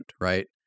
right